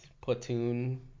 platoon